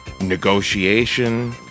negotiation